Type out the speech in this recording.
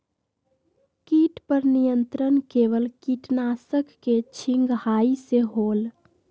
किट पर नियंत्रण केवल किटनाशक के छिंगहाई से होल?